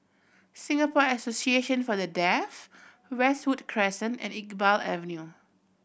Singapore Association For The Deaf Westwood Crescent and Iqbal Avenue